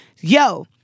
Yo